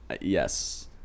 yes